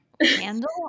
candle